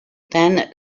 then